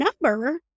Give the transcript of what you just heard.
number